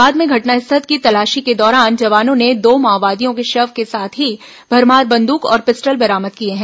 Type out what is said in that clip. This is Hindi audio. बाद में घटनास्थल की तलाशी के दौरान जवानों ने दो माओवादियों के शव के साथ ही भरमार बंद्रक और पिस्टल बरामद किए हैं